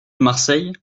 marseille